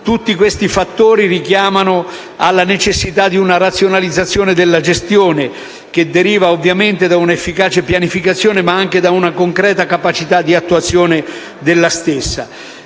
Tutti questi fattori richiamano la necessità di una razionalizzazione della gestione, che deriva ovviamente da un'efficace pianificazione, ma anche da una concreta capacità di attuazione della stessa.